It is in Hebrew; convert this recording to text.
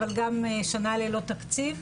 אבל שנה ללא תקציב.